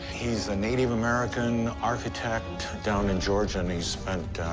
he's a native american architect down in georgia, and he's spent